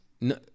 No